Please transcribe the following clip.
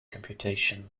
computation